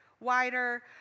wider